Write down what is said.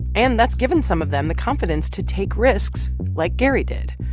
and that's given some of them the confidence to take risks like gary did,